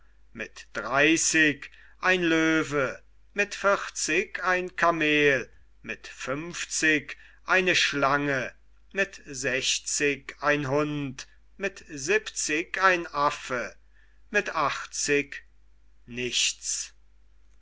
mit dreißig ein löwe mit vierzig ein kameel mit fünfzig eine schlange mit sechszig ein hund mit siebenzig ein affe mit achtzig nichts